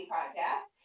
Podcast